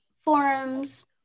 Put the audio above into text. forums